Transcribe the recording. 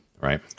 right